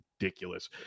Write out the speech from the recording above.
ridiculous